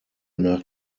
nach